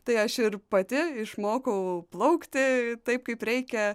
tai aš ir pati išmokau plaukti taip kaip reikia